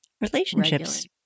Relationships